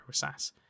process